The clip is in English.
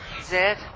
Zed